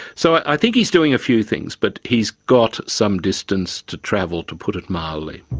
so i think he's doing a few things, but he's got some distance to travel, to put it mildly.